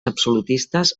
absolutistes